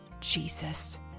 Jesus